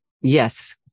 Yes